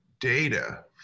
data